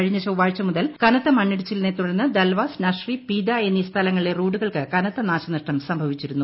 കഴിഞ്ഞ ചൊവ്വാഴ്ച മുതൽ കനത്ത മണ്ണിടിച്ചിലിനെ തുടർന്ന് ദൽവാസ് നഷ്രി പീദ്ദ എന്നീ സ്ഥലങ്ങളിലെ റോഡുകൾക്ക് കനത്ത നാശനഷ്ടം സംഭവിച്ചിരുന്നു